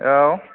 औ